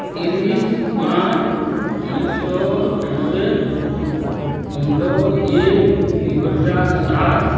ତିରିଶ ପାଞ୍ଚ ଉଣେଇଶ ଶହ ଅଠାନବେ ପନ୍ଦର ଏକ ଦୁଇ ହଜାର ସାତ